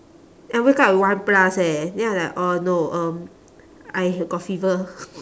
I wake up at one plus eh then I'm like oh no um I got fever